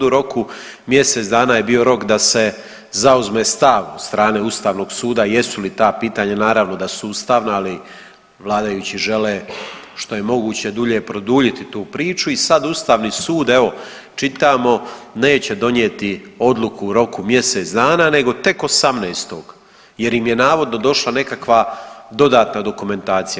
U roku mjesec dana je bio rok da se zauzme stav od strane Ustavnog suda jesu li ta pitanja, naravno da su ustavna, ali vladajući žele što je moguće dulje produljiti tu priču i sad Ustavni sud, evo čitamo neće donijeti odluku u roku mjesec dana nego tek 18.jer im je navodno došla nekakav dodatna dokumentacija.